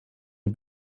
you